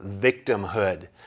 victimhood